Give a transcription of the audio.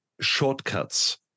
shortcuts